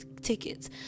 tickets